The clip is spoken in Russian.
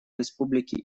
республики